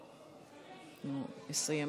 תודה.